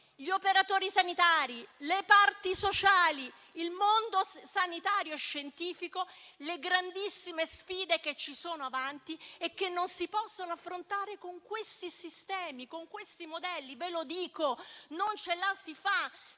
gli operatori sanitari, le parti sociali e il mondo sanitario scientifico le grandissime sfide che ci sono avanti e che non si possono affrontare con questi sistemi e modelli, non ce la si fa.